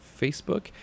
Facebook